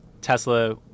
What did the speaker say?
Tesla